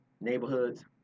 neighborhoods